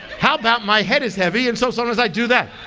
how about my head is heavy and so sometimes i do that.